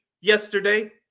yesterday